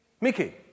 Mickey